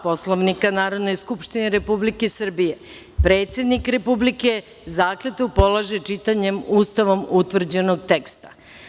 Poslovnika Narodne skupštine Republike Srbije, predsednik Republike zakletvu polaže čitanjem Ustavom utvrđenog teksta.